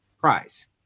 prize